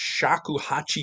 Shakuhachi